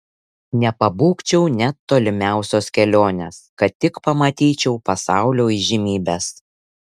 nepabūgčiau net tolimiausios kelionės kad tik pamatyčiau pasaulio įžymybes